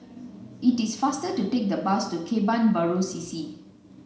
it is faster to take the bus to Kebun Baru C C